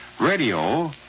radio